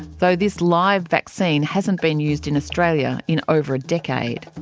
though this live vaccine hasn't been used in australia in over a decade.